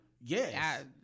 Yes